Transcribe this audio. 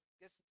guess